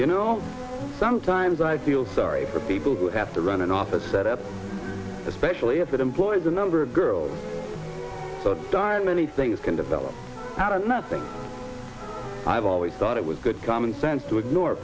you know sometimes i feel sorry for people who have to run an office set up especially if it employs a number of girls but darn many things can develop out of nothing i've always thought it was good common sense to ignore